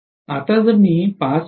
आता जर मी 5